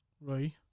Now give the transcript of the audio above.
right